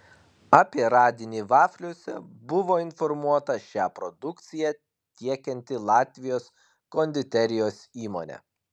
apie radinį vafliuose buvo informuota šią produkciją tiekianti latvijos konditerijos įmonė